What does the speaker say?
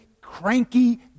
cranky